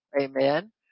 Amen